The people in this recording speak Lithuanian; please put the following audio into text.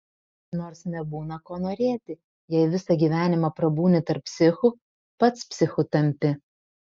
nors nebūna ko norėti jei visą gyvenimą prabūni tarp psichų pats psichu tampi